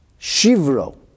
Shivro